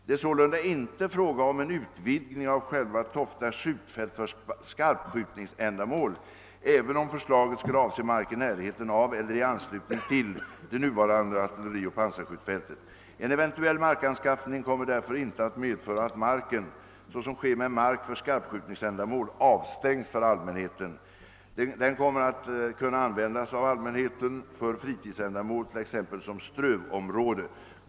Det är sålunda inte fråga om en utvidgning av själva Tofta skjutfält för skarpskjutningsändamål även om förslaget skulle avse mark i närheten av eller i anslutning till det nuvarande artillerioch pansarskjutfältet. En eventuell markanskaffning kommer därför inte att medföra att marken — såsom sker med mark för skarpskjutningsändamål — avstängs för allmänheten. Den kommer att kunna användas av allmänheten för fritidsändamål, t.ex. som strövområde.